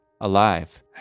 alive